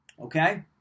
okay